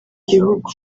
gihugu